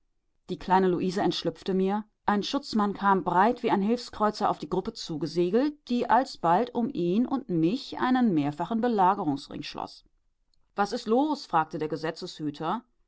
die kleine luise entschlüpfte mir ein schutzmann kam breit wie ein hilfskreuzer auf die gruppe zugesegelt die alsbald um ihn und mich einen mehrfachen belagerungsring schloß was ist los fragte der